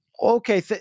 Okay